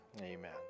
amen